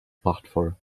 prachtvoll